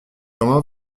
comment